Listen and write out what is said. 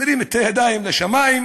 מרים את הידיים לשמים.